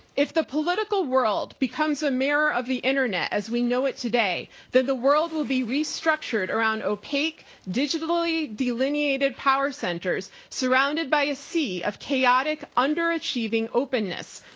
if the political world becomes a mirror of the internet as we know it today, then the world will be restructured around opaque, digitally delineated power centers surrounded by a sea of chaotic underachieving openness.